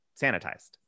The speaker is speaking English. sanitized